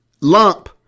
lump